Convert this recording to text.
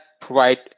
provide